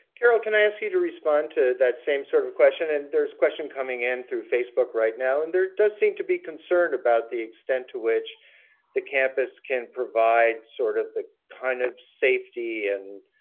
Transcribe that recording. carol, can i ask you to respond to that same sort of question? and there's a question coming in through facebook right now, and there does seem to be concern about the extent to which the campus can provide sort of the kind of safety and